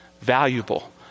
valuable